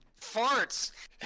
farts